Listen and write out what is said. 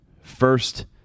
first